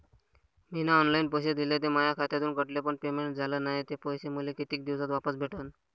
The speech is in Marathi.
मीन ऑनलाईन पैसे दिले, ते माया खात्यातून कटले, पण पेमेंट झाल नायं, ते पैसे मले कितीक दिवसात वापस भेटन?